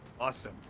Awesome